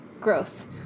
Gross